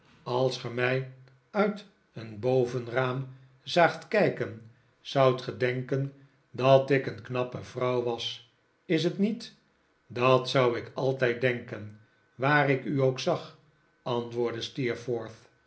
als ge mij uit een bovenraam zaagt kijken zoudt ge denken dat ik een knappe vrouw was is t niet dat zou ik altijd denken waar ik u ook zag antwoordde